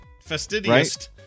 Fastidious